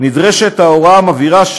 נדרשת ההוראה המבהירה,